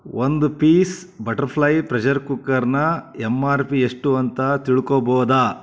ಒಂದು piece Butterfly pressure ಕುಕ್ಕರ್ನ M R P ಎಷ್ಟು ಅಂತ ತಿಳ್ಕೊಳ್ಬೋದ